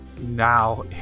now